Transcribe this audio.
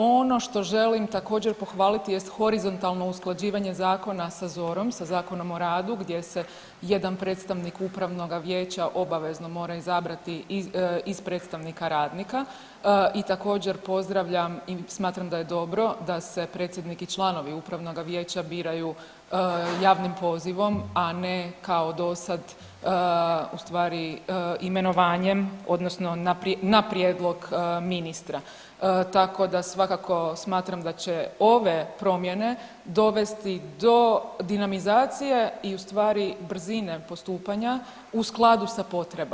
Ono što želim također pohvaliti jest horizontalno usklađivanje zakona sa ZOR-om, sa Zakonom o radu gdje se jedan predstavnik upravnoga vijeća obavezno mora izabrati iz predstavnika radnika i također pozdravljam i smatram da je dobro da se predsjednik i članovi upravnoga vijeća biraju javnim pozivom, a ne kao do sad imenovanjem odnosno na prijedlog ministra, tako da svakako smatram da će ove promjene dovesti do dinamizacije i ustvari brzine postupanja u skladu sa potrebama.